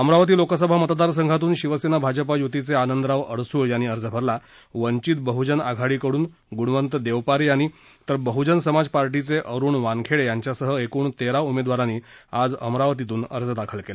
अमरावती लोकसभा मतदार संघातून शिवसेना भाजपा युतीचे आनंदराव अडसूळ यांनी अर्ज भरला वंचित बहुजन आघाडीकडून गुणवंत देवपारे यांनी तर बहुजन समाज पार्टीचे अरुण वानखेडे यांच्यासह एकूण तेरा उमेदवारांनी आज अमरावती मतदार संघातून अर्ज दाखल केले